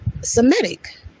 Semitic